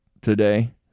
today